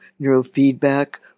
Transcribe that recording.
neurofeedback